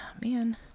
man